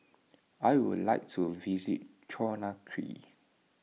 I would like to visit Conakry